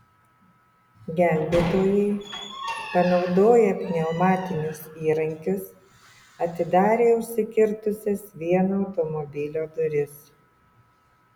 gelbėtojai panaudoję pneumatinius įrankius atidarė užsikirtusias vieno automobilio duris